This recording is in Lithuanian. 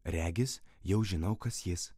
regis jau žinau kas jis